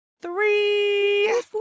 three